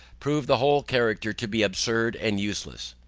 prove the whole character to be absurd and useless.